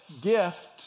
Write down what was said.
gift